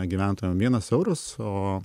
gyventojam vienas eurus o